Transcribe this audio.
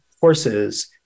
courses